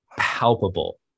palpable